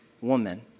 woman